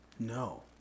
No